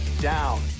down